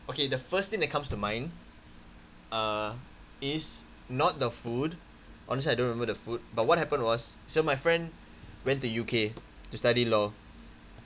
okay the first thing that comes to mind uh is not the food honestly I don't remember the food but what happened was so my friend went to U_K to study law